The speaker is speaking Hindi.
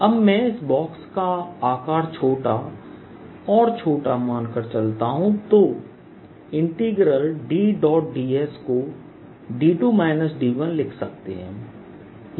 अब मैं इस बॉक्स का आकार छोटा और छोटा मानकर चलता हूं तोDdS को लिख सकते हैं